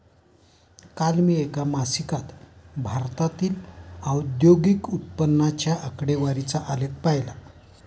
काल मी एका मासिकात भारतातील औद्योगिक उत्पन्नाच्या आकडेवारीचा आलेख पाहीला